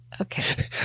Okay